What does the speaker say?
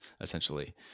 essentially